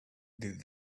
did